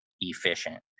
efficient